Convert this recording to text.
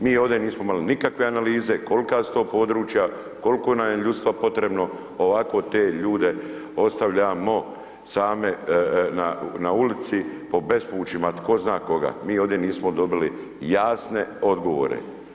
Mi ovdje nismo imali nikakve analize kolika su to područja, koliko nam je ljudstva potrebno, ovako te ljude ostavljamo same na ulici po bespućima tko zna koga, mi ovdje nismo dobili jasne odgovore.